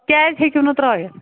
کیٛازِ ہیٚکِو نہٕ ترٛٲوِتھ